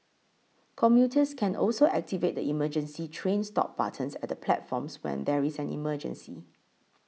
commuters can also activate the emergency train stop buttons at the platforms when there is an emergency